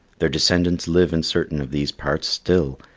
their descendants live in certain of these parts still,